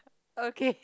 okay